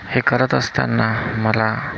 हे करत असताना मला